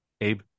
Abe